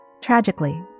Tragically